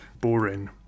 boring